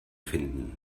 finden